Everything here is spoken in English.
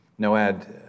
Noad